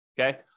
okay